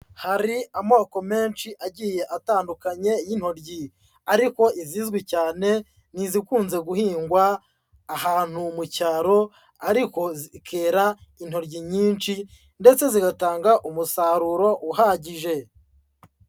Hari amoko menshi agiye atandukanye y'intoryi ariko izizwi cyane ni izikunze guhingwa ahantu mu cyaro ariko zikera intoryi nyinshi ndetse zigatanga umusaruro uhagije.